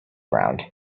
around